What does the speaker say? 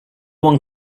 one